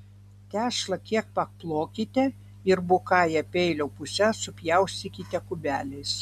tešlą kiek paplokite ir bukąja peilio puse supjaustykite kubeliais